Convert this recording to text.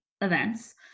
Events